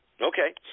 Okay